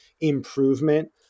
improvement